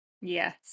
yes